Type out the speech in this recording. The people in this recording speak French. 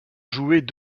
jouaient